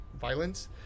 violence